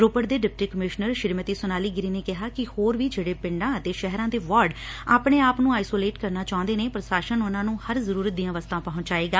ਰੋਪੜ ਦੇ deputy commissioner Shrimati Sonali Giri ਨੇ ਕਿਹਾ ਕਿ ਹੋਰ ਵੀ ਜਿਹੜੇ ਪਿੰਡਾਂ ਅਤੇ ਸਹਿਰਾਂ ਦੇ ਵਾਰਡ ਆਪਣੇ ਆਪ ਨੂੰ ਆਈਸੋਲੇਟ ਕਰਨਾ ਚਾਹੁੰਦੇ ਨੇ ਪ੍ਰਸ਼ਾਸਨ ਉਨੂਾ ਨੂੰ ਹਰ ਜ਼ਰੂਰਤ ਦੀਆਂ ਵਸਤਾ ਪਹੁੰਚਾਏਗਾ